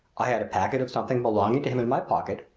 i had a packet of something belonging to him in my pocket,